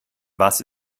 was